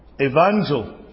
evangel